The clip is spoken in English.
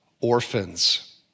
orphans